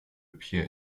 appear